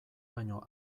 baino